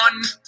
one